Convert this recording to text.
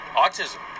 autism